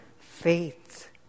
faith